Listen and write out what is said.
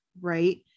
right